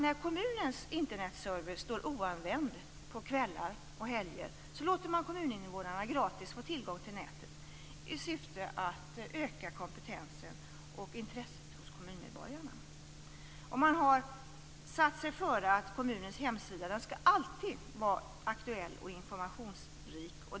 När kommunens Internetserver står oanvänd på kvällar och helger låter man kommuninvånarna gratis få tillgång till nätet i syfte att öka kompetensen och intresset hos kommunmedborgarna. Man har satt sig före att kommunens hemsida alltid skall vara aktuell och informationsrik.